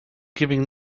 giving